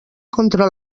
contra